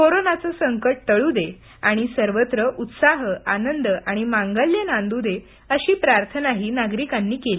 कोरोनाचं संकट टळू देत आणि सर्वत्र उत्साह आनंद आणि मांगल्य नांदू देत अशी प्रार्थनाही नागरिकांनी केली